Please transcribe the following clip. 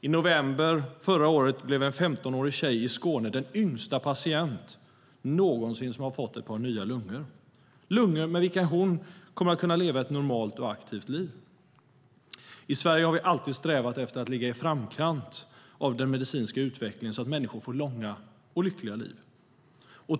I november förra året blev en 15-årig tjej i Skåne den yngsta patient någonsin som har fått ett par nya lungor - lungor med vilka hon kommer att kunna leva ett normalt och aktivt liv. I Sverige har vi alltid strävat efter att ligga i framkant av den medicinska utvecklingen så att människor får långa och lyckliga liv.